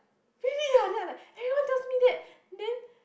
really ah then I was like everyone tells me that then